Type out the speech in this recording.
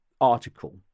article